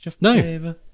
No